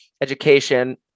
education